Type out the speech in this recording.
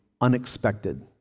unexpected